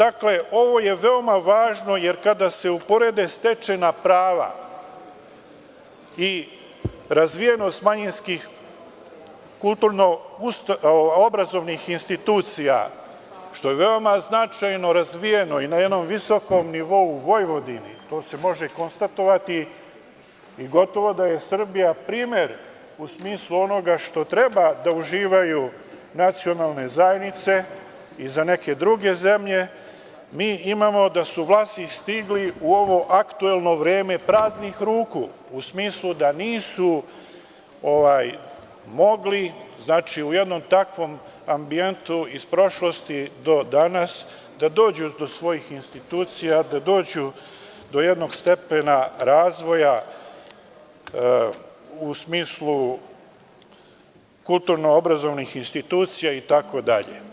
Ovo je veoma važno, jer kada se uporede stečena prava i razvijenost manjinskih kulturno-obrazovnih institucija, što je veoma značajno razvijeno i na jednom visokom nivou u Vojvodini, to se može konstatovati i gotovo da je Srbija primer u smislu onoga što treba da uživaju nacionalne zajednice i za neke druge zemlje, mi imamo da su Vlasi stigli u ovo aktuelno vreme praznih ruku, u smislu da nisu mogli u jednom takvom ambijentu iz prošlosti do danas da dođu do svojih institucija, da dođu do jednog stepena razvoja u smislu kulturno-obrazovnih institucija, itd.